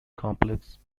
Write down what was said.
complex